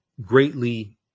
greatly